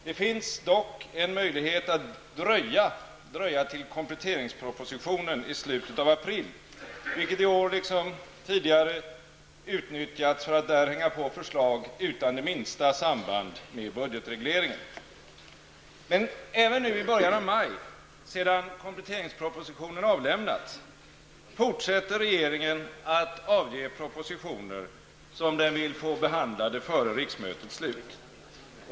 Det finns dock en möjlighet att dröja till kompletteringspropositionen i slutet av april, vilket i år liksom tidigare utnyttjats för att där hänga på förslag utan det minsta samband med budgetregleringen. Men även nu i början av maj -- sedan kompletteringspropositionen avlämnats -- fortsätter regeringen att avge propositioner som den vill få behandlade före riksmötets slut.